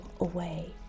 away